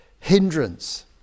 hindrance